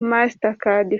mastercard